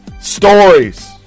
stories